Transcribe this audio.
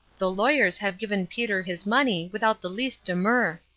the lawyers have given peter his money without the least demur.